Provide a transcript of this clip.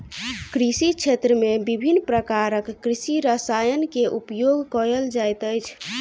कृषि क्षेत्र में विभिन्न प्रकारक कृषि रसायन के उपयोग कयल जाइत अछि